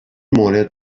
مورد